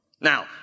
Now